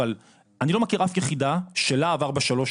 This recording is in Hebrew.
אבל אני לא מכיר אף יחידה של להב 433,